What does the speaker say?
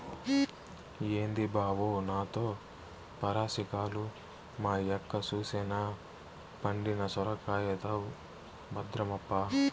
ఏంది బావో నాతో పరాసికాలు, మా యక్క సూసెనా పండిన సొరకాయైతవు భద్రమప్పా